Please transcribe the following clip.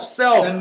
self